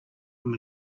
from